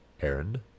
Aaron